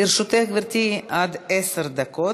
לרשותך, גברתי, עד עשר דקות.